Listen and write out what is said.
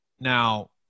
now